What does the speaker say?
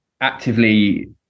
actively